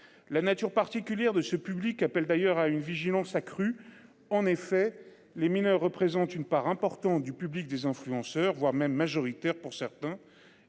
La nature particulière de ce public appelle d'ailleurs à une vigilance accrue. En effet, les mineurs représentent une part importante du public des influenceurs voire même majoritaire pour certains